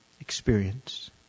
experience